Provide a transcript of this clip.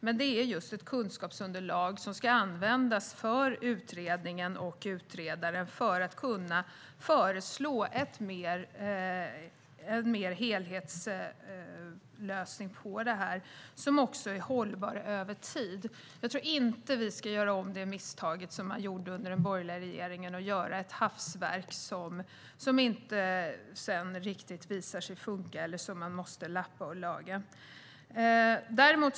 Men det är just ett kunskapsunderlag som ska användas för att utredningen och utredaren ska kunna föreslå en mer heltäckande lösning som också är hållbar över tid. Jag tror inte att vi ska göra om det misstag som man gjorde under den borgerliga regeringen och göra ett hafsverk som sedan visar sig inte riktigt funka och som man måste lappa och laga i.